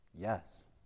Yes